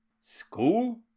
School